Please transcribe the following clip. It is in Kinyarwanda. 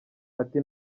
ati